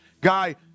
guy